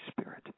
Spirit